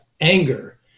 anger